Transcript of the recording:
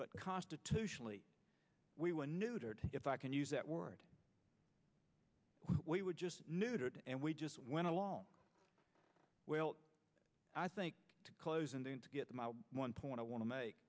but constitutionally we were neutered if i can use that word we would just neutered and we just went along well i think to close and then to get them out one point i want to make